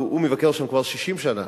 הוא מבקר שם כבר 60 שנה.